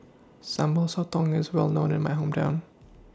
Sambal Sotong IS Well known in My Hometown